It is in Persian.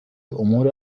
امور